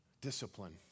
Discipline